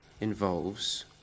involves